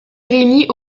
réunis